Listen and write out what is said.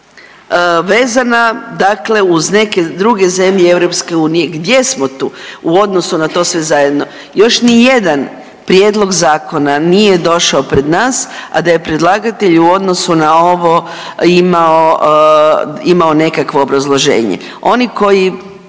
vezana dakle uz neke druge zemlje EU? Gdje smo tu u odnosu na to sve zajedno? Još ni jedan prijedlog zakona nije došao pred nas, a da je predlagatelj u odnosu na ovo imao, imamo nekakvo obrazloženje. Oni koji